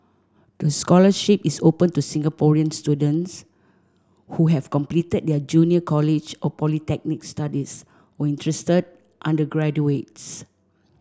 the scholarship is open to Singaporean students who have completed their junior college or polytechnic studies or interested undergraduates